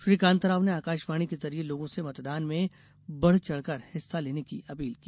श्री कांता राव ने आकाशवाणी के जरिए लोगों से मतदान में बड़चढ़कर हिस्सा लेने की अपील की